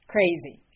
Crazy